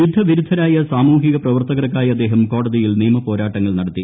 യുദ്ധവിരുദ്ധരായ സാമൂഹിക പ്രവർത്തകർക്കായി അദ്ദേഹം കോടതിയിൽ നിയമപോരാട്ടങ്ങൾ നട ത്തി